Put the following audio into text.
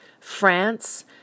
France